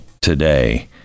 today